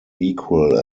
equal